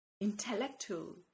intellectual